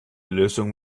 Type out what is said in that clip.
lösung